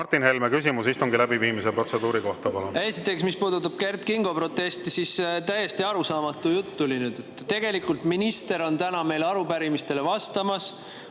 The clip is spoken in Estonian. Martin Helme, küsimus istungi läbiviimise protseduuri kohta, palun! Esiteks, mis puudutab Kert Kingo protesti, siis täiesti arusaamatu jutt tuli nüüd [vastuseks]. Tegelikult minister on täna arupärimistele vastamas,